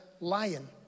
lion